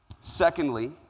Secondly